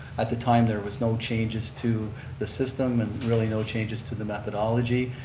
at the time there was no changes to the system and really no changes to the methodology.